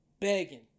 Begging